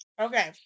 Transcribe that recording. Okay